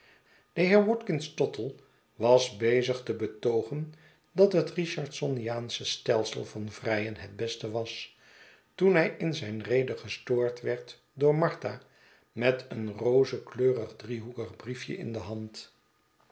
de heer watkins tottle was bezig te betoogen dat het richardsoniaansche stelsel van vrijen het beste was toen hij in zijn rede gestoord werd door martha met een rozenkleurig driehoekig briefje in de hand